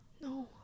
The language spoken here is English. No